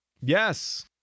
Yes